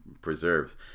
preserves